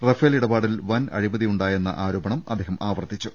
Rafale ഇടപാടിൽ വൻ അഴിമതിയു ണ്ടായെന്ന ആരോപണം അദ്ദേഹം ആവർത്തിച്ചു